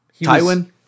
Tywin